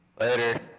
Later